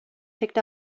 picked